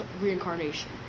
reincarnation